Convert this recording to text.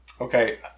Okay